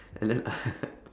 and then